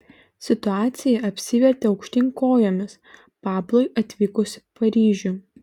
situacija apsivertė aukštyn kojomis pablui atvykus į paryžių